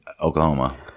Oklahoma